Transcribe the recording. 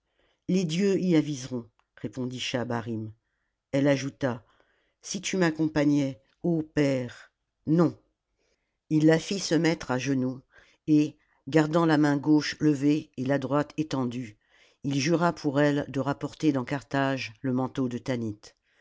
les dieux j aviseront répondit schahabarim elle ajouta n si tu m'accompagnais ô père non ii la fit se mettre à genoux et gardant la main gauche levée et la droite étendue d jura pour elle de rapporter dans carthage le manteau de tanit